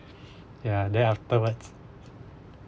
ya then afterwards